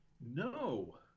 No